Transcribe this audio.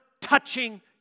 touching